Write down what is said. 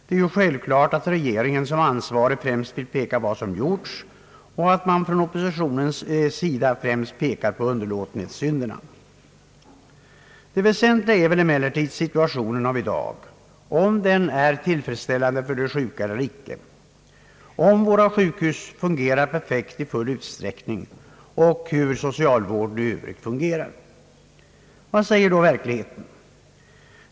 Det är självklart att regeringen som ansvarig främst vill peka på vad som gjorts och att man från oppositionens sida främst pekar på underlåtenhetssynderna. Det väsentliga är emellertid om situationen i dag är tillfredsställande för de sjuka eller icke, om våra sjukhus fungerar perfekt i full utsträckning och hur socialvården i övrigt fungerar. Vad säger då verkligheten?